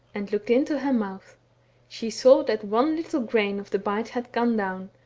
and looked into her mouth she saw that one little grain of the bite had gone down,